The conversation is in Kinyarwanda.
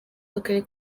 w’akarere